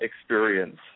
experience